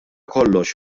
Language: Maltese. kollox